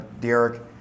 Derek